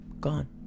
gone